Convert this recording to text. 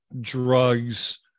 drugs